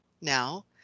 Now